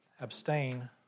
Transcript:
Abstain